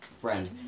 friend